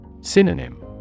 Synonym